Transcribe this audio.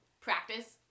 practice